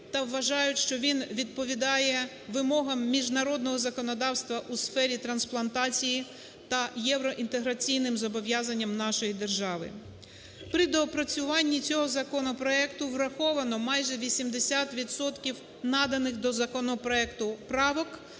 та вважають, що він відповідає вимогам міжнародного законодавства у сфері трансплантації та євроінтеграційним зобов'язанням нашої держави. При доопрацюванні цього законопроекту враховано майже вісімдесят відсотків наданих до законопроекту правок.